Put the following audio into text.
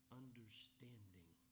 understanding